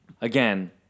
Again